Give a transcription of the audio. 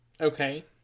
Okay